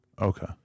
Okay